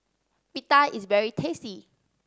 pita is very tasty